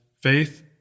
faith